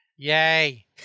Yay